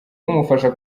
umufasha